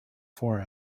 for